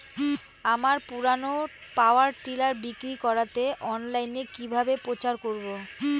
আমার পুরনো power tiller বিক্রি করাতে অনলাইনে কিভাবে প্রচার করব?